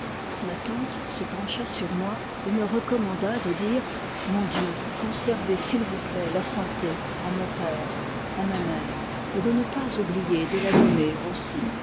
ma tante se pencha sur moi et me recommanda de dire mon dieu conservez s'il vous plaît la santé à mon père à ma mère et de ne pas oublier de la nommer aussi